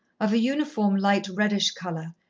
of a uniform light reddish colour,